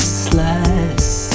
slice